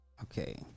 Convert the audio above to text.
Okay